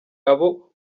abo